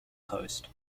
coast